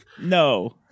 No